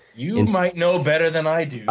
you and might know better than i do.